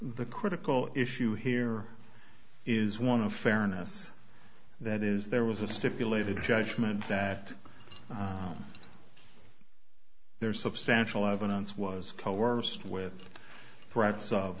the critical issue here is one of fairness that is there was a stipulated judgment that there is substantial evidence was coerced with threats of